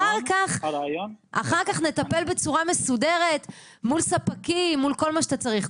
אחר כך נטפל בצורה מסודרת מול ספקים ומול כל מה שאתה צריך.